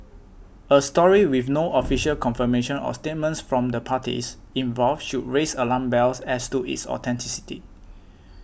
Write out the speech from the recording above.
a story with no official confirmation or statements from the parties involved should raise alarm bells as to its authenticity